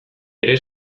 ere